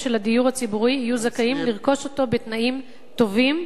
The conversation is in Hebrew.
של הדיור הציבורי יהיו זכאים לרכוש אותו בתנאים טובים,